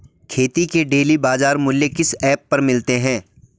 खेती के डेली बाज़ार मूल्य किस ऐप पर मिलते हैं?